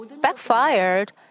backfired